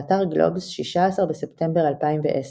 באתר גלובס, 16 בספטמבר 2010